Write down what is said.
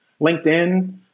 LinkedIn